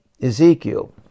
Ezekiel